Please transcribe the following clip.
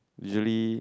usually